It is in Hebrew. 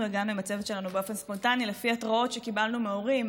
אנחנו הגענו עם הצוות שלנו באופן ספונטני לפי התרעות שקיבלנו מהורים,